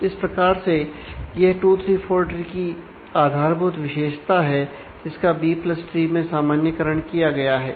इस प्रकार से यह 2 3 4 ट्री की आधारभूत विशेषता है जिसका बी प्लस ट्री में सामान्यकरण किया गया है